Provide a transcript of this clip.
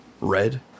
Red